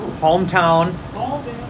Hometown